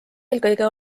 eelkõige